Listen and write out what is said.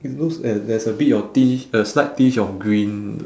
it looks at there's a bit of tinge a slight tinge of green